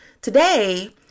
Today